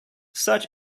such